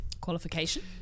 Qualification